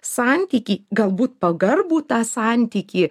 santykį galbūt pagarbų tą santykį